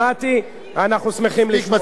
אנחנו תומכים, תומכים.